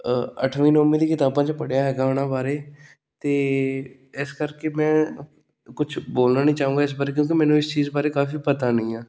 ਅੱਠਵੀਂ ਨੌਵੀਂ ਦੀ ਕਿਤਾਬਾਂ ਵਿਚ ਪੜ੍ਹਿਆ ਹੈਗਾ ਉਹਨਾਂ ਬਾਰੇ ਅਤੇ ਇਸ ਕਰਕੇ ਮੈਂ ਕੁਝ ਬੋਲਣਾ ਨਹੀਂ ਚਾਹੂੰਗਾ ਇਸ ਬਾਰੇ ਕਿਉਂਕਿ ਮੈਨੂੰ ਇਸ ਚੀਜ਼ ਬਾਰੇ ਕਾਫੀ ਪਤਾ ਨਹੀਂ ਆ